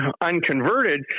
unconverted